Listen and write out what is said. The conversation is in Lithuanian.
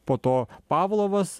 po to pavlovas